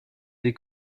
des